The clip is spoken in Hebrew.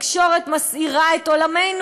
התקשורת מסעירה את עולמנו.